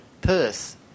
Perth